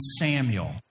Samuel